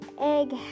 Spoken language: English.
egg